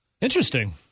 Interesting